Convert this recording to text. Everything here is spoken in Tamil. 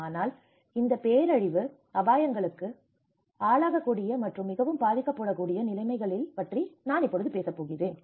ஆனால் இந்த பேரழிவு அபாயங்களுக்கு ஆளாகக்கூடிய மற்றும் மிகவும் பாதிக்கப்படக்கூடிய நிலைமைகளைப் பற்றி நான் பேசுகிறேன்